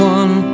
one